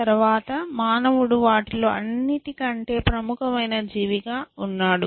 తరువాత మానవుడు వాటిలో అన్నిటికంటే ప్రముఖమైన జీవి గా ఉన్నాడు